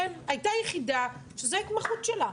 הייתה יחידה שזה ההתמחות שלה.